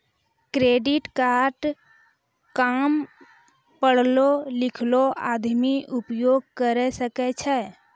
Credit card काम पढलो लिखलो आदमी उपयोग करे सकय छै?